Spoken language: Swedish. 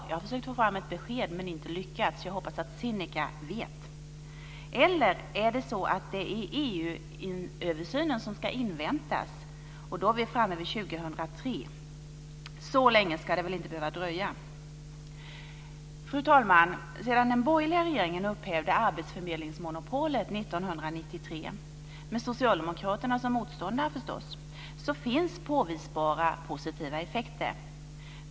Jag har försökt få fram ett besked, men inte lyckats. Jag hoppas att Cinnika vet. Eller är det EU-översynen som ska inväntas? Då är vi framme vid 2003. Så länge ska det väl inte behöva dröja. Fru talman! Sedan den borgerliga regeringen upphävde arbetsförmedlingsmonopolet 1993, med Socialdemokraterna som motståndare förstås, finns påvisbara positiva effekter.